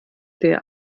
der